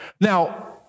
Now